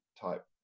type